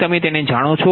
તમે તેને જાણો છો બરાબર